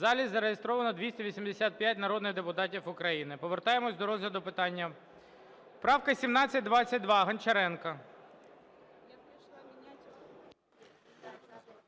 В залі зареєстровано 285 народних депутатів України. Повертаємось до розгляду питання. Правка 1722, Гончаренко.